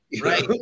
Right